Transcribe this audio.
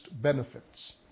benefits